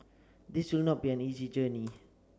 this will not be an easy journey